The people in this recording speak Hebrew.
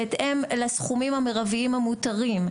בהתאם לסכומים המרביים המותרים,